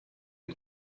est